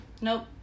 Nope